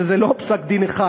וזה לא פסק-דין אחד,